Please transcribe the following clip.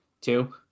two